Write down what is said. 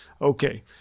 Okay